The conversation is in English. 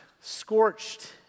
scorched